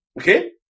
Okay